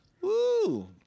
Woo